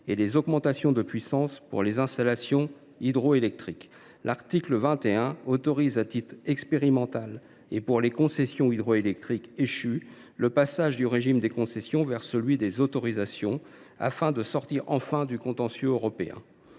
et les augmentations de puissance pour les installations hydroélectriques. L’article 21 autorise, à titre expérimental et pour les concessions hydroélectriques échues, le passage du régime des concessions vers celui des autorisations, afin de sortir enfin du contentieux européen.